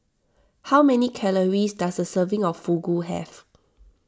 how many calories does a serving of Fugu have